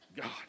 god